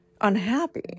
unhappy